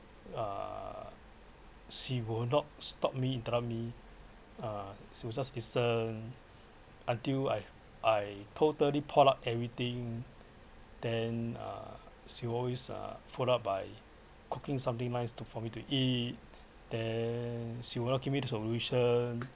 uh she will not stop me interrupt me uh she was just listen until I I totally pour out everything then uh she always uh follow up by cooking something nice to for me to eat then she will not give me the solution